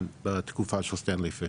בתקופה של סטנלי פישר.